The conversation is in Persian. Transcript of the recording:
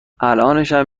الانشم